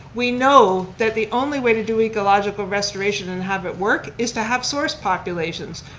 we know that the only way to do ecological restoration and have it work is to have source populations.